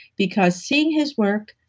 because seeing his work,